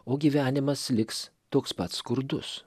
o gyvenimas liks toks pat skurdus